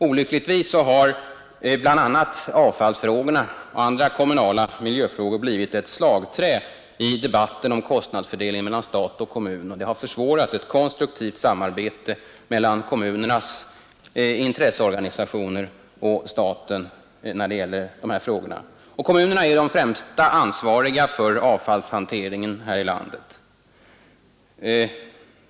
Olyckligtvis har bl.a. avfallsfrågorna och andra kommunala miljöfrågor blivit ett slagträ i debatten om kostnadsfördelningen mellan stat och kommun, och det har försvårat ett konstruktivt samarbete mellan kommunernas intresseorganisationer och staten i dessa frågor. Kommunerna är de som främst är ansvariga för avfallshanteringen i landet.